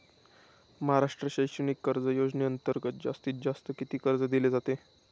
महाराष्ट्र शैक्षणिक कर्ज योजनेअंतर्गत जास्तीत जास्त किती कर्ज दिले जाते?